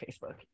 Facebook